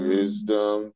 Wisdom